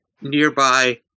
nearby